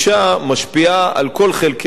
משפיעים על כל חלקי החברה,